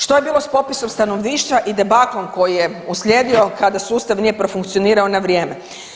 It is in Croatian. Što je bilo s popisom stanovništva i debaklom koji je uslijedio kada sustav nije profunkcionirao na vrijeme?